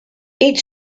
each